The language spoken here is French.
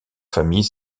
famille